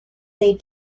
they